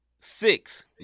six